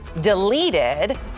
deleted